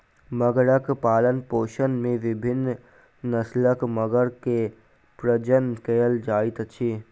मगरक पालनपोषण में विभिन्न नस्लक मगर के प्रजनन कयल जाइत अछि